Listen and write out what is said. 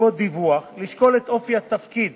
בעקבות דיווח, לשקול את אופי התפקיד